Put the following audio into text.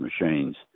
machines